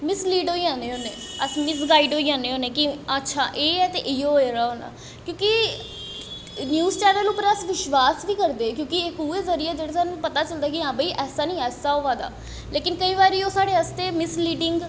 mislead होई जन्ने होन्नें अस मिसगाइड होई जन्ने होन्नें कि अच्छा एह् ए ते इ'यो होए दा होना क्योंकि न्यूज चैनल उप्पर अस विश्वास बी करदे क्योंकि इक उ'ऐ जरिया ऐ जेह्का सानूं पता चलदा कि हां भाई ऐसा निं ऐसा होआ दा लेकिन केईं बारी ओह् साढ़े आस्तै मिसलीडिंग